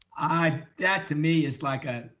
um that to me is like a,